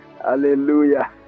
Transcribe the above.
Hallelujah